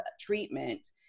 treatment